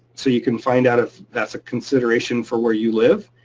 so you can find out if that's a consideration for where you live.